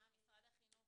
משרד החינוך,